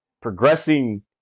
progressing